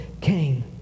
came